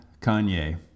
Kanye